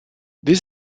dès